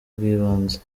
bw’ibanze